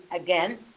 again